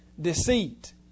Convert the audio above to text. deceit